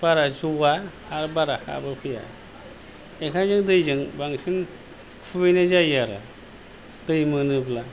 बारा ज'आ आरो बारा हाबो फैया बेखायनो दैजों बांसिन खुबैनाय जायो आरो दै मोनोब्ला